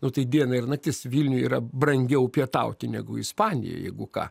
nu tai diena ir naktis vilniuj yra brangiau pietauti negu ispanijoj jeigu ką